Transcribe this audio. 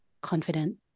confident